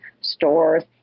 stores